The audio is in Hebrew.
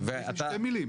שתי מילים.